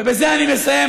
ובזה אני מסיים,